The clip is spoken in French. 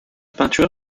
peinture